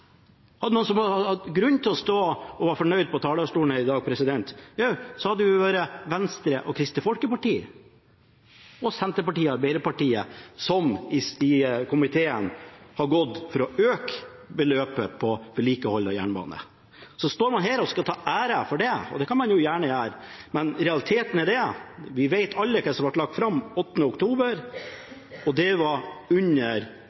og være fornøyd, hadde det vært Venstre, Kristelig Folkeparti, Senterpartiet og Arbeiderpartiet, som i komiteen har gått inn for å øke beløpet til vedlikehold av jernbane. Så står man her og skal ta æren for det. Det kan man gjerne gjøre, men realiteten er at vi alle vet hva som ble lagt fram den 8. oktober, og det var under